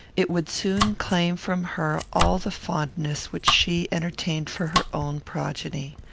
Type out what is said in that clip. it would soon claim from her all the fondness which she entertained for her own progeny.